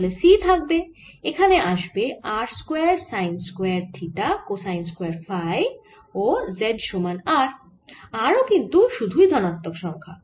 তাহলে C থাকবে এখানে আসবে r square sine square theta cosine square phi ও z সমান r r ও কিন্তু সুধুই ধনাত্মক সংখ্যা